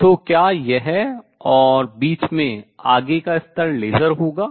तो क्या यह और बीच में आगे का स्तर लेज़र होगा है